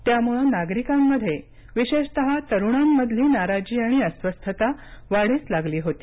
त्यामुळे नागरिकांमध्ये विशेषतः तरुणांमधली नाराजी आणि अस्वस्थता वाढीस लागली होती